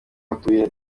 atuye